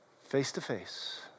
Face-to-face